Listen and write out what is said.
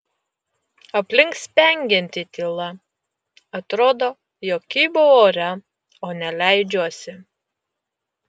aplink spengianti tyla atrodo jog kybau ore o ne leidžiuosi